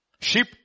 Sheep